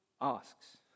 asks